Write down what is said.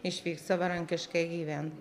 išvykt savarankiškai gyvent